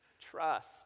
trust